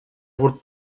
would